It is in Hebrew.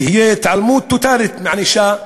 תהיה התעלמות טוטלית מענישה מחמירה.